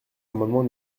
l’amendement